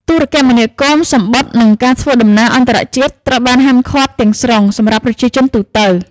ទូរគមនាគមន៍ សំបុត្រ និងការធ្វើដំណើរអន្តរជាតិត្រូវបានហាមឃាត់ទាំងស្រុងសម្រាប់ប្រជាជនទូទៅ។